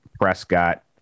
Prescott